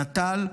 נט"ל.